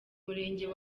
murenge